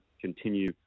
continue